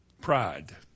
Pride